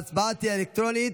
ההצבעה תהיה אלקטרונית.